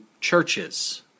churches